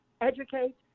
Educate